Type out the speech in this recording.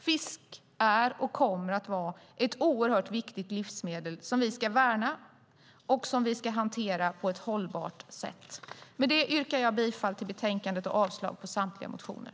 Fisk är och kommer att vara ett oerhört viktigt livsmedel som vi ska värna och hantera på ett hållbart sätt. Med detta yrkar jag bifall till förslaget i betänkandet och avslag på samtliga motioner.